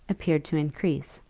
appeared to increase.